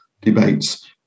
debates